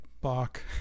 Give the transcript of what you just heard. bach